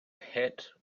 pit